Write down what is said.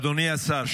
אדוני השר,